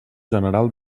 general